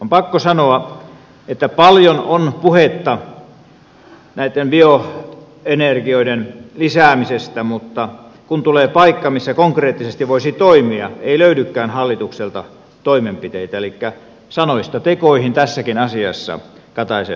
on pakko sanoa että paljon on puhetta näitten bioenergioiden lisäämisestä mutta kun tulee paikka missä konkreettisesti voisi toimia ei löydykään hallitukselta toimenpiteitä elikkä sanoista tekoihin tässäkin asiassa kataisen hallitus